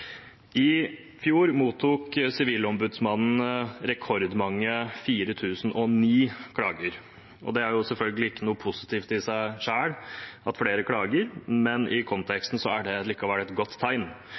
I fjor mottok Sivilombudsmannen rekordmange 4 009 klager. Det er jo selvfølgelig ikke noe positivt i seg selv at flere klager, men i